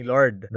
Lord